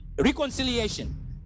reconciliation